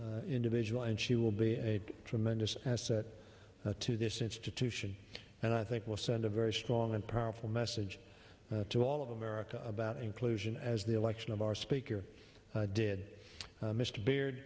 individual and she will be a tremendous asset to this institution and i think will send a very strong and powerful message to all of america about inclusion as the election of our speaker did mr beard